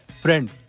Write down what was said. friend